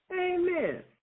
Amen